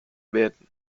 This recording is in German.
werden